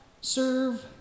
serve